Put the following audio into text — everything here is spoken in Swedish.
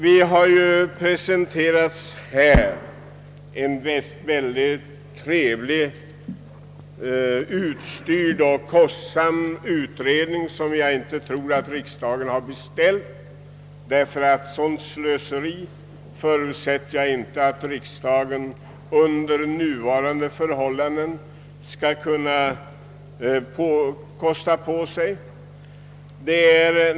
Vi har presenterats en mycket trevligt utstyrd och kostsam utredning, som jag dock inte tror att riksdagen har beställt. Jag förutsätter nämligen att riksdagen under nuvarande förhållanden inte skulle kunna kosta på sig ett sådant slöseri.